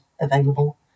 available